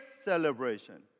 celebration